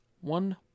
one